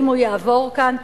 אם הוא יעבור כאן,